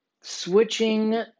Switching